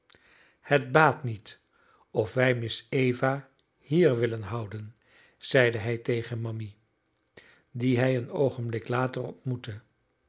het baat niet of wij miss eva hier willen houden zeide hij tegen mammy die hij een oogenblik later ontmoette